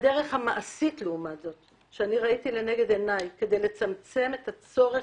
הדרך המעשית לעומת זאת שאני ראיתי לנכון כדי לצמצם את הצורך